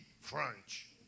French